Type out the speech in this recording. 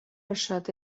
ارشاد